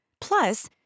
Plus